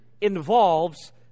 involves